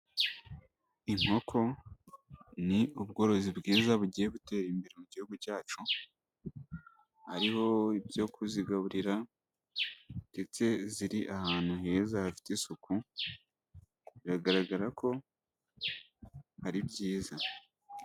Inkoko ni ubworozi bwiza bugiye gutera imbere mu Gihugu cyacu, hariho ibyo kuzigaburira ndetse ziri ahantu heza hafite isuku, biragaragara ko ari byiza.